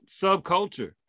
subculture